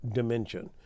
dimension